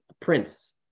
prince